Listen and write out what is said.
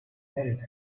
nerede